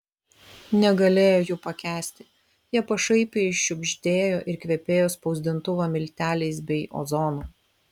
negalėjo jų pakęsti jie pašaipiai šiugždėjo ir kvepėjo spausdintuvo milteliais bei ozonu